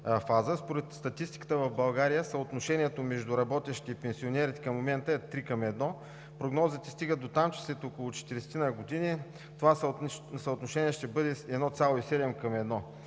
Според статистиката в България съотношението между работещи и пенсионери към момента е 3 към 1. Прогнозите стигат дотам, че след около четиридесетина години това съотношение ще бъде 1,7 към 1.